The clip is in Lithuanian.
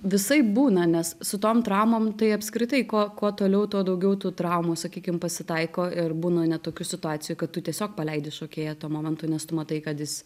visaip būna nes su tom traumom tai apskritai kuo kuo toliau tuo daugiau tų traumų sakykim pasitaiko ir būna net tokių situacijų kad tu tiesiog paleidi šokėją tuo momentu nes tu matai kad jis